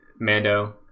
Mando